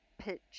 pitch